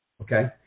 Okay